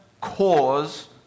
cause